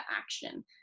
action